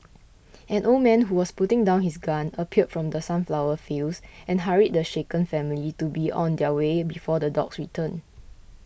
an old man who was putting down his gun appeared from the sunflower fields and hurried the shaken family to be on their way before the dogs return